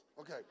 Okay